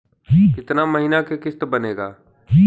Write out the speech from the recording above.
कितना महीना के किस्त बनेगा?